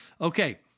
Okay